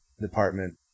department